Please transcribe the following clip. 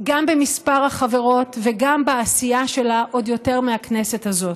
גם במספר החברות וגם בעשייה שלה עוד יותר מהכנסת הזאת.